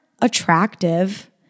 attractive